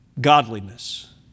Godliness